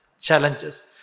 Challenges